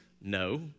No